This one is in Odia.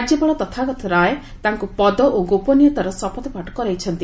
ରାଜ୍ୟପାଳ ତଥାଗତ ରାୟ ତାଙ୍କୁ ପଦ ଓ ଗୋପନୀୟତାର ଶପଥପାଠ କରାଇଛନ୍ତି